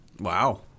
Wow